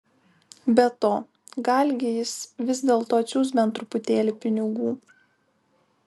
be to galgi jis vis dėlto atsiųs bent truputėlį pinigų